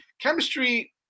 chemistry